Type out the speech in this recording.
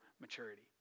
maturity